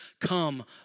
Come